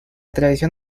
tradición